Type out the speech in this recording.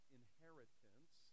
inheritance